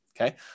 Okay